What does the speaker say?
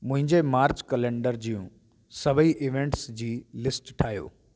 मुंहिंजे March calendar जूं सभेई इवेंट्स जी लिस्ट ठाहियो